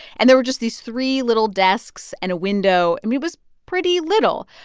and there were just these three little desks and a window. i mean, it was pretty little.